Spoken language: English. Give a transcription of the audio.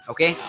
Okay